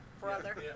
brother